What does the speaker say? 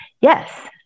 yes